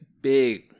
big